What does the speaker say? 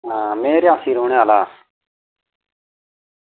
आं में रियासी रौह्ने आह्ला